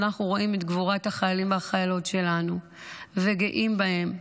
אנחנו רואים את גבורת החיילים והחיילות שלנו וגאים בהם,